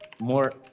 more